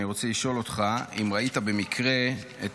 אני רוצה לשאול אותך אם ראית במקרה את